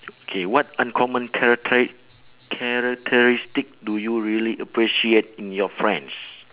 K what uncommon characteri~ characteristic do you really appreciate in your friends